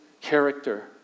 character